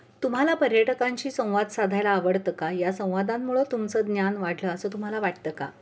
तुम्हाला पर्यटकांशी संवाद साधायला आवडतं का या संवादांमुळं तुमचं ज्ञान वाढलं असं तुम्हाला वाटतं का